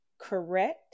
correct